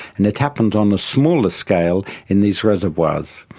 and it happens on a smaller scale in these reservoirs.